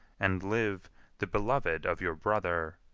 and live the beloved of your brother,